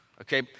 Okay